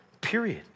Period